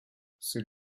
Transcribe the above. ces